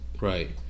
right